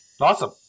Awesome